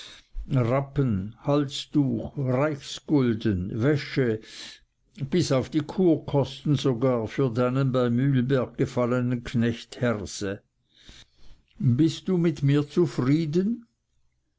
rappen halstuch reichsgulden wäsche bis auf die kurkosten sogar für deinen bei mühlberg gefallenen knecht herse bist du mit mir zufrieden